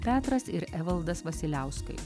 petras ir evaldas vasiliauskai